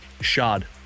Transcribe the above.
Shod